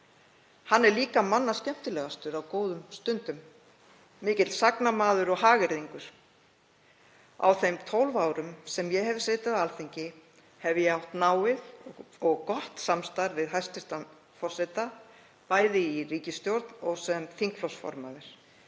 Hann er líka manna skemmtilegastur á góðum stundum, mikill sagnamaður og hagyrðingur. Á þeim 12 árum sem ég hef setið á Alþingi hef ég átt náið og gott samstarf við hæstv. forseta, bæði í ríkisstjórn og sem þingflokksformaður.